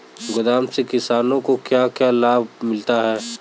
गोदाम से किसानों को क्या क्या लाभ मिलता है?